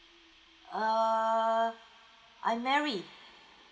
um I'm Mary